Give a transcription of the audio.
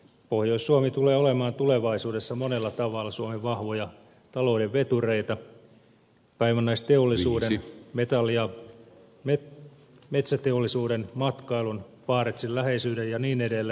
pohjois suomi tulee olemaan tulevaisuudessa monella tavalla suomen vahvoja talouden vetureita kaivannaisteollisuuden metalli ja metsäteollisuuden matkailun barentsin läheisyyden ja niin edelleen